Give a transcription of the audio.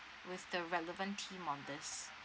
with the relevant team of this